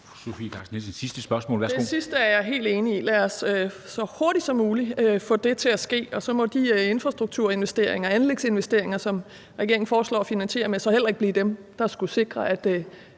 Det sidste er jeg helt enig i: Lad os så hurtigt som muligt få det til at ske, og så må de infrastrukturinvesteringer og anlægsinvesteringer, som regeringen foreslår at finansiere med, heller ikke blive dem, der skulle sikre, at